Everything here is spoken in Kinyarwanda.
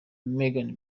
meghan